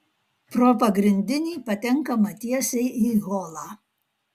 pro pagrindinį patenkama tiesiai į holą